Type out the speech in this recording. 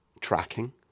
tracking